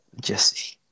Jesse